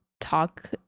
talk